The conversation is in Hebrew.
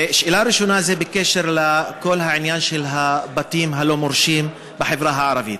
השאלה הראשונה היא בקשר לכל העניין של הבתים הלא-מורשים בחברה הערבית,